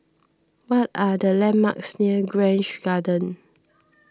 what are the landmarks near Grange Garden